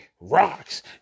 rocks